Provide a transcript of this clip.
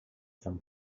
from